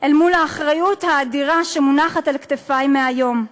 אל מול האחריות האדירה שמונחת על כתפי מהיום.